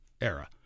era